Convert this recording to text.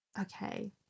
Okay